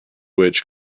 which